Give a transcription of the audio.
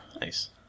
Nice